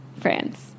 France